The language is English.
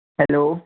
hello